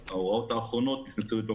הוראות שנכנסו רק בינואר השנה וההוראות